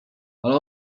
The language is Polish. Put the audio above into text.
ale